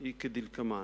היא כדלקמן: